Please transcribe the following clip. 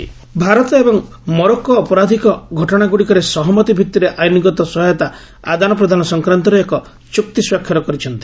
India Morocco ଭାରତ ଏବଂ Morocco ଅପରାଧିକ ଘଟଣାଗୁଡ଼ିକରେ ସହମତି ଭିତ୍ତିରେ ଆଇନ୍ଗତ ସହାୟତା ଆଦାନ ପ୍ରଦାନ ସଂକ୍ରାନ୍ତରେ ଏକ ଚୂକ୍ତି ସ୍ୱାକ୍ଷର କରିଛନ୍ତି